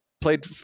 played